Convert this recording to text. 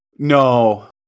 No